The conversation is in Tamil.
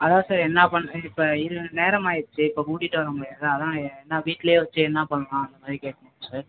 அதான் சார் என்னப் பண் இப்போ இது நேரமாயிருச்சு இப்போ கூட்டிகிட்டு வர முடியாதுல்ல அதான் என்ன வீட்லையே வச்சு என்னப் பண்ணலாம் அந்த மாதிரி கேட்குறேன் சார்